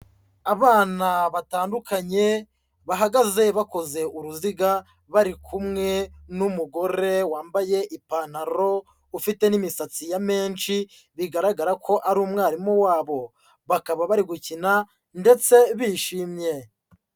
Abana batandukanye bahagaze bakoze uruziga, bari kumwe n'umugore wambaye ipantaro, ufite n'imisatsi ya menshi, bigaragara ko ari umwarimu wabo, bakaba bari gukina ndetse bishimye.